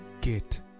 Get